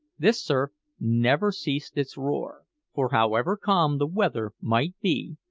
this surf never ceased its roar for, however calm the weather might be,